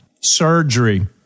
Surgery